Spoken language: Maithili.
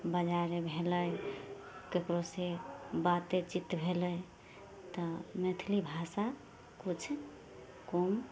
बजारे भेलै केकरो से बाते चीत भेलै तऽ मैथिली भाषा किछु कम